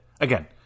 again